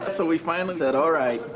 so we finally said alright,